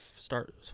start